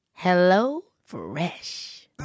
HelloFresh